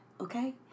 Okay